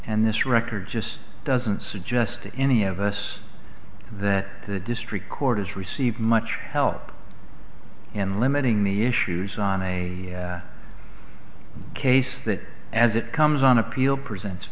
and this record just doesn't suggest to any of us that the district court has received much help in limiting the issues on a case that as it comes on appeal present